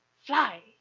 fly